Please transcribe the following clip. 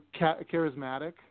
charismatic